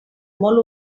molt